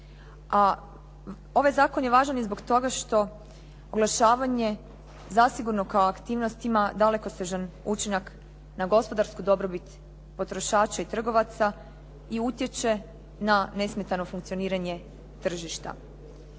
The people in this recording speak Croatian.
ovaj zakon je važan i zbog toga što oglašavanja zasigurno kao aktivnost ima dalekosežan na gospodarsku dobrobit potrošača i trgovaca i utječe na nesmetano funkcioniranje tržišta.